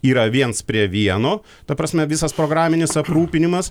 yra viens prie vieno ta prasme visas programinis aprūpinimas